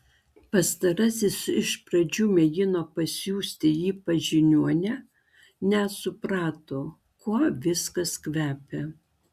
pastarasis iš pradžių mėgino pasiųsti jį pas žiniuonę nes suprato kuo viskas kvepia